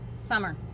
Summer